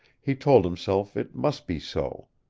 he told himself it must be so.